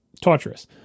torturous